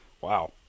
Wow